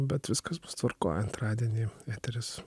bet viskas bus tvarkoj antradienį eteris